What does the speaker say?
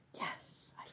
Yes